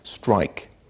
strike